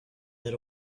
that